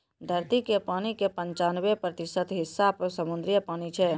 धरती के पानी के पंचानवे प्रतिशत हिस्सा समुद्री पानी छै